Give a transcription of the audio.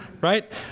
Right